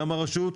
גם הרשות,